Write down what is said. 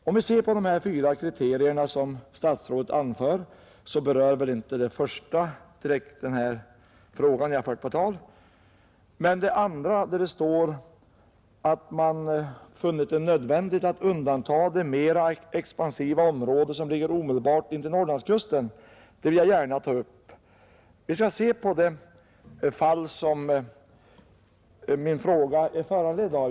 Av de fyra kriterier som statsrådet anför berör väl inte det första direkt den fråga som jag har fört på tal. Men det andra kriteriet, där det står att ”det varit nödvändigt att undanta det mera expansiva område som ligger omedelbart intill Norrlandskusten”, vill jag gärna ta upp. Vi skall se på det fall min fråga är föranledd av.